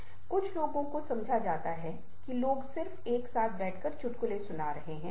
अब आप देखते हैं कि छवियों को ग्रंथों के रूप में माना जा सकता है